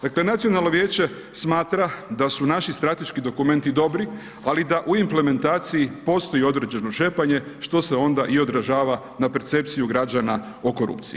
Dakle, nacionalno vijeće smatra da su naši strateški dokumenti dobri, ali da u implementaciji postoji određeno šepanje, što se onda i odražava na percepciju građana o korupciji.